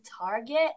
Target